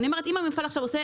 אם המפעל עושה